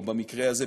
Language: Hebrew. או במקרה הזה,